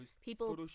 people